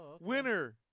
Winner